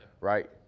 right